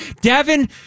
Devin